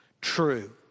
True